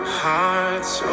hearts